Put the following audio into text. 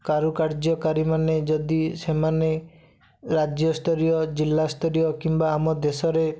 କାରୁକାର୍ଯ୍ୟକାରୀମାନେ ଯଦି ସେମାନେ ରାଜ୍ୟସ୍ତରୀୟ ଜିଲ୍ଲାସ୍ତରୀୟ କିମ୍ବା ଆମ ଦେଶରେ